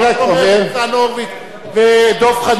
אומרים ניצן הורוביץ ודב חנין: